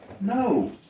No